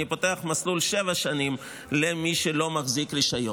אני פותח מסלול שבע שנים למי שלא מחזיק רישיון.